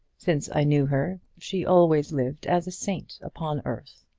since i knew her she always lived as a saint upon earth.